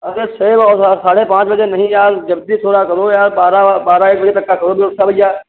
अरे छः और साढ़े पाँच बजे नहीं यार जल्दी थोड़ा करो यार बारह बारह एक बजे तक का करो व्यवस्था भैया